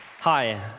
Hi